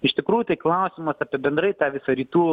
iš tikrųjų tai klausimas apie bendrai tą visą rytų